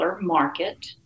market